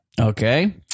Okay